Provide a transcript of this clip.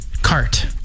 cart